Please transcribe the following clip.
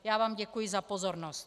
Já vám děkuji za pozornost.